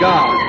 God